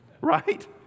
Right